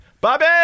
Bobby